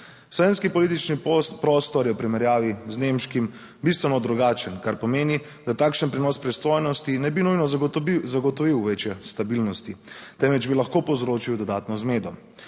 Slovenski politični prostor je v primerjavi z nemškim bistveno drugačen, kar pomeni, da takšen prenos pristojnosti ne bi nujno zagotovil večje stabilnosti, temveč bi lahko povzročil dodatno zmedo.